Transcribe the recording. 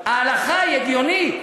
ההלכה היא הגיונית,